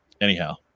Anyhow